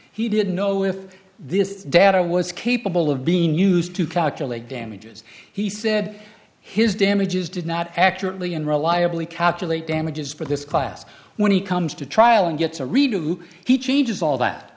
he didn't know if this data was capable of being used to calculate damages he said his damages did not accurately and reliably calculate damages for this class when he comes to trial and gets a redo he changes all that